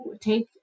take